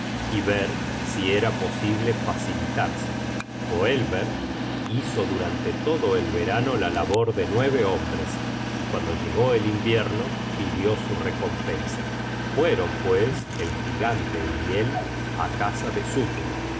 y ver si era posible facilitárselo boelverck hizo durante todo el verano la labor de nueve hombres y cuando llegó el invierno pidió su recompensa fueron pues el gigante y él á casa de suttung y